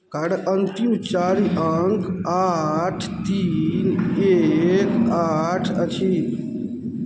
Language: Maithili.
कार्ड अन्तिम चारि अंक आठ तीन एक आठ अछि